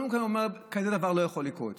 קודם כול הוא אומר: כזה דבר לא יכול לקרות אצלי,